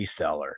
reseller